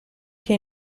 che